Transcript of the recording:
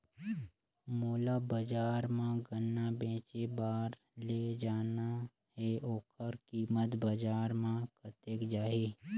मोला बजार मां गन्ना बेचे बार ले जाना हे ओकर कीमत बजार मां कतेक जाही?